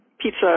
Pizza